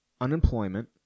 unemployment